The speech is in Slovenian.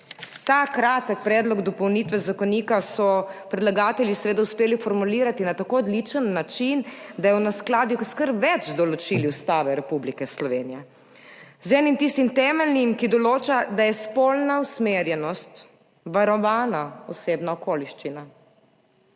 Ta kratek predlog dopolnitve zakonika so predlagatelji seveda uspeli formulirati na tako odličen način, da je v neskladju s kar več določili Ustave Republike Slovenije, z enim temeljnim, ki določa, da je spolna usmerjenost varovana osebna okoliščina,